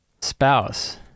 spouse